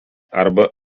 arba